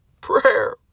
prayer